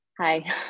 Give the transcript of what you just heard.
Hi